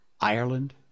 Ireland